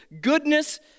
goodness